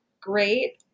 great